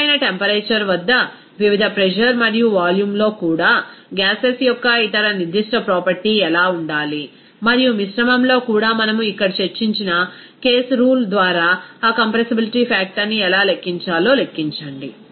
భిన్నమైన టెంపరేచర్ వద్ద వివిధ ప్రెజర్ మరియు వాల్యూమ్లో కూడా గ్యాసెస్ యొక్క ఇతర నిర్దిష్ట ప్రాపర్టీ ఎలా ఉండాలి మరియు మిశ్రమంలో కూడా మనము ఇక్కడ చర్చించిన కేస్ రూల్ ద్వారా ఆ కంప్రెసిబిలిటీ ఫ్యాక్టర్ని ఎలా లెక్కించాలో లెక్కించండి